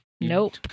Nope